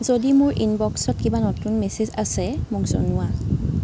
যদি মোৰ ইনবক্সত কিবা নতুন মেছেজ আছে মোক জনোৱা